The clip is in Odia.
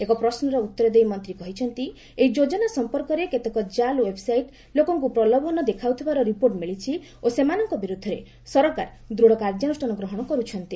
ଏକ ପ୍ରଶ୍ୱର ଉତ୍ତର ଦେଇ ମନ୍ତ୍ରୀ କହିଛନ୍ତି ଏହି ଯୋଜନା ସମ୍ପର୍କରେ କେତେକ ଜାଲ୍ ଓ୍ୱେବ୍ସାଇଟ୍ ଲୋକଙ୍କୁ ପ୍ରଲୋଭନ ଦେଖାଉଥିବାର ରିପୋର୍ଟ ମିଳିଛି ଓ ସେମାନଙ୍କ ବିରୋଧରେ ସରକାର ଦୃଢ଼ କାର୍ଯ୍ୟାନୁଷ୍ଠାନ ଗ୍ରହଣ କରୁଛନ୍ତି